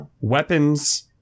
weapons